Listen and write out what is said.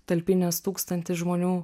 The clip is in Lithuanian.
talpinęs tūkstantį žmonių